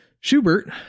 Schubert